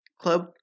Club